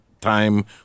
time